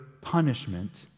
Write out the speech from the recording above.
punishment